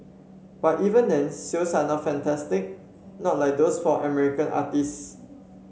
but even then sales are not fantastic not like those for American artistes